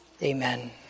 Amen